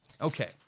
Okay